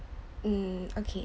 mm okay